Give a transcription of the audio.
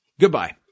Goodbye